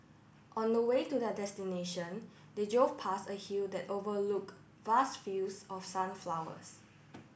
on the way to their destination they drove past a hill that overlook vast fields of sunflowers